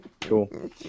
cool